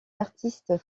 artistes